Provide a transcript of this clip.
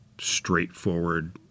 straightforward